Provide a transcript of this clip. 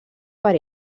per